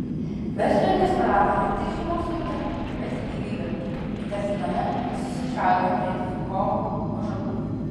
verslininkas prarado ne tik šeimos turtą bet ir gyvybę įtartiname susišaudyme prie dvikovų ąžuolų